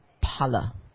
pala